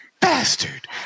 Bastard